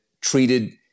treated